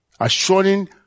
Assuring